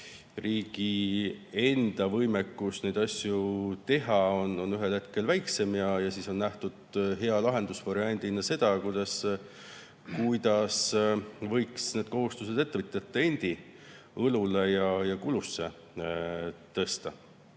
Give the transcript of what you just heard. riigi enda võimekus neid asju teha on väiksem ja siis on nähtud hea lahendusvariandina seda, kuidas saab need kohustused ettevõtjate endi õlule ja kulusse tõsta. Ma